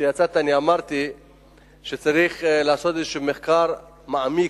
וכשיצאת אני אמרתי שצריך לעשות איזה מחקר מעמיק,